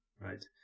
right